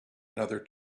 another